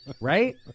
Right